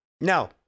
no